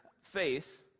faith